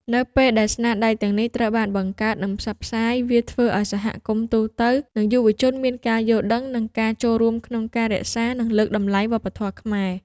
នៅពេលដែលស្នាដៃទាំងនេះត្រូវបានបង្កើត និងផ្សព្វផ្សាយ វាធ្វើឲ្យសហគមន៍ទូទៅ និងយុវជនមានការយល់ដឹង និងការចូលរួមក្នុងការរក្សា និងលើកតម្លៃវប្បធម៌ខ្មែរ។